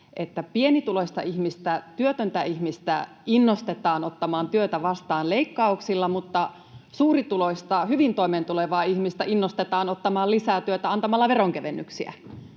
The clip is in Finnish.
pienituloista ihmistä, työtöntä ihmistä, innostetaan leikkauksilla ottamaan työtä vastaan mutta suurituloista, hyvin toimeentulevaa ihmistä innostetaan ottamaan lisätyötä antamalla veronkevennyksiä.